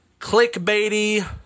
clickbaity